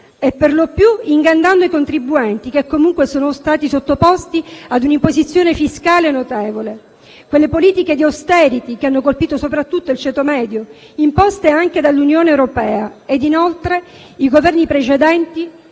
perlopiù ingannando i contribuenti, che comunque sono stati sottoposti a un'imposizione fiscale notevole. Penso a quelle politiche di *austerity* che hanno colpito soprattutto il ceto medio, imposte anche dall'Unione europea. Inoltre, i Governi precedenti